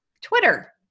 Twitter